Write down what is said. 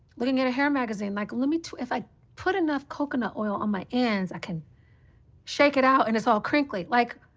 looking at a hair magazine. like let me if i put enough coconut oil on my ends, i can shake it out, and it's all crinkly. like,